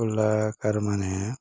କଳାକାର ମାନେ